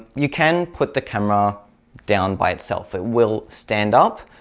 you can put the camera down by itself it will stand up,